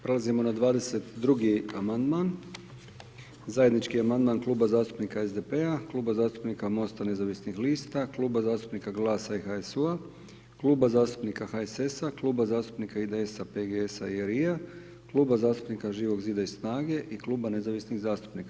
Prelazimo na 22. amandman, zajednički amandman Kluba zastupnika SDP-a, Kluba zastupnika Mosta nezavisnih lista, Kluba zastupnika GLAS-a i HSU-a, Kluba zastupnika HSS-a, Kluba zastupnika IDS-a, PGS-a i LRI-a, Kluba zastupnika Živog zida i SNAGA-e i Kluba nezavisnih zastupnika.